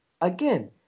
again